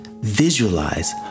visualize